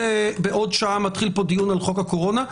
בעוד שעה מתחיל פה דיון על חוק הקורונה,